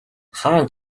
хаана